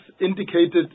indicated